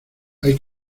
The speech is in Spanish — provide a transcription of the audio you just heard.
hay